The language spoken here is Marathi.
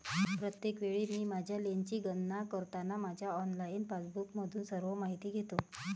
प्रत्येक वेळी मी माझ्या लेनची गणना करताना माझ्या ऑनलाइन पासबुकमधून सर्व माहिती घेतो